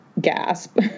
gasp